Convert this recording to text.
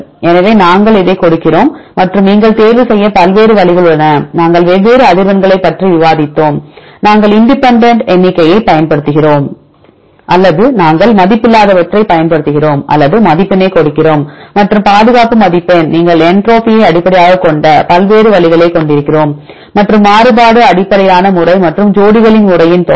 எனவே நாங்கள் இதைக் கொடுக்கிறோம் மற்றும் நீங்கள் தேர்வுசெய்ய பல்வேறு வழிகள் உள்ளன நாங்கள் வெவ்வேறு அதிர்வெண்களைப் பற்றி விவாதித்தோம் நாங்கள் இண்டிபெண்டன்ட் எண்ணிக்கையைப் பயன்படுத்துகிறோம் அல்லது நாங்கள் மதிப்பில்லாதவற்றை பயன்படுத்துகிறோம் அல்லது மதிப்பினை கொடுக்கிறோம் மற்றும் பாதுகாப்பு மதிப்பெண் நீங்கள் என்ட்ரோபியை அடிப்படையாகக் கொண்ட பல்வேறு வழிகளைக் கொண்டிருக்கிறோம் மற்றும் மாறுபாடு அடிப்படையிலான முறை மற்றும் ஜோடிகளின் முறையின் தொகை